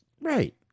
Right